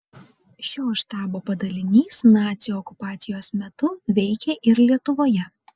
šio štabo padalinys nacių okupacijos metu veikė ir lietuvoje